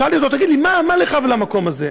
שאלתי אותו: תגיד לי, מה לך ולמקום הזה?